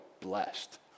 blessed